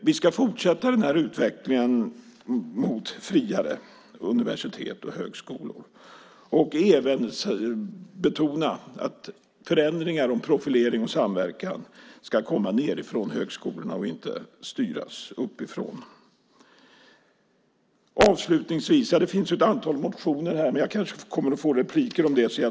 Vi ska fortsätta den här utvecklingen mot friare universitet och högskolor och även betona att förändringar när det gäller profilering och samverkan ska komma nedifrån högskolorna och inte styras uppifrån. Det finns ett antal motioner här, men jag kommer kanske att få repliker om det.